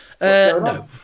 No